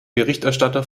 berichterstatter